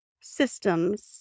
systems